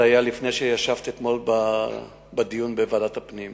זה היה לפני שישבת אתמול בדיון בוועדת הפנים.